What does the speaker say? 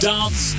Dance